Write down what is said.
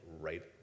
right